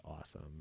awesome